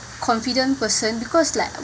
confident person because like